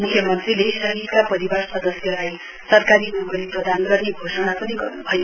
मुख्यमन्त्रीले शहीदका परिवार सदस्यलाई सरकारी नोकरी प्रदान गर्ने घोषणा पनि गर्न्भयो